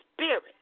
spirit